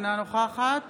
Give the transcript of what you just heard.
אינה נוכחת